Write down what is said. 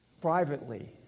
privately